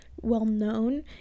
well-known